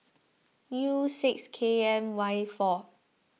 U six K M Y four